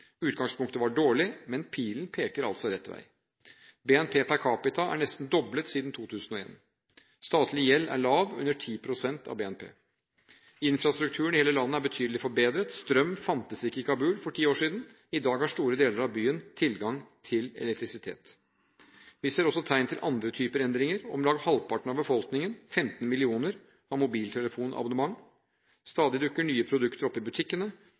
Utgangspunktet var dårlig, men pilen peker altså rett vei. BNP per capita er nesten doblet siden 2001. Statlig gjeld er lav, under 10 pst. av BNP. Infrastrukturen i hele landet er betydelig forbedret. Strøm fantes ikke i Kabul for ti år siden, i dag har store deler av byen tilgang til elektrisitet. Vi ser også tegn til andre typer endringer: Om lag halvparten av befolkningen, 15 millioner, har mobiltelefonabonnement. Stadig dukker nye produkter opp i butikkene.